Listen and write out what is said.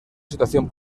situación